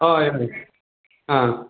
हय हय आ